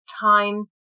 time